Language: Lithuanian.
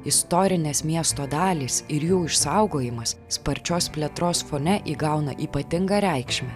istorinės miesto dalys ir jų išsaugojimas sparčios plėtros fone įgauna ypatingą reikšmę